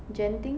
genting